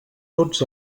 tots